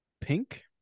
pink